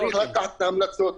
צריך לקחת את ההמלצות,